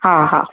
हा हा